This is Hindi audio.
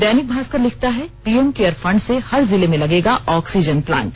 दैनिक भास्कर लिखता है पीएम केयर फंड से हर जिले में लगेगा ऑक्सीजन प्लाट